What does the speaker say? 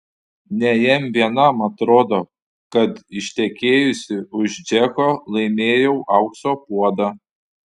ne jam vienam atrodo kad ištekėjusi už džeko laimėjau aukso puodą